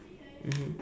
mmhmm